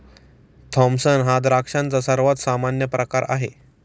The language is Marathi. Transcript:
थॉम्पसन हा द्राक्षांचा सर्वात सामान्य प्रकार आहे